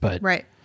Right